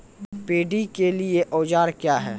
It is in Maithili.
पैडी के लिए औजार क्या हैं?